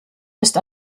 ist